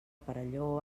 perelló